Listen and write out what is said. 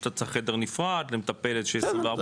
שאתה צריך חדר נפרד למטפלת של 24 שעות.